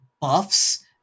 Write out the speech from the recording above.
buffs